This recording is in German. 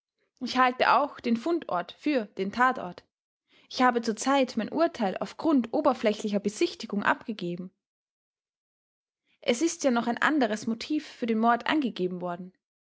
ich halte auch den fundort für den tatort ich habe zur zeit mein urteil auf grund oberflächlicher besichtigung abgegeben es ist ja noch ein anderes motiv für den mord angegeben worden